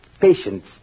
Patience